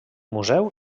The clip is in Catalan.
museu